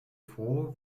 froh